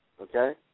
okay